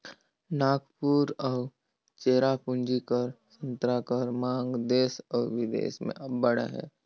नांगपुर अउ चेरापूंजी कर संतरा कर मांग देस अउ बिदेस में अब्बड़ अहे